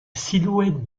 silhouette